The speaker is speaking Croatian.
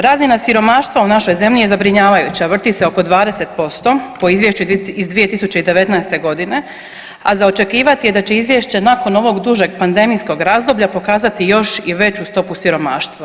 Razina siromaštva u našoj zemlji je zabrinjavajuća, vrti se oko 20% po izvješću iz 2019. godine, a za očekivati je da će izvješće nakon ovog dužeg pandemijskog razdoblja pokazati još i veću stopu siromaštva.